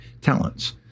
talents